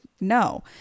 no